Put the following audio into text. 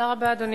אדוני